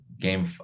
game